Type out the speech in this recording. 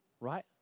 right